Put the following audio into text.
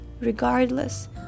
regardless